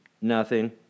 Nothing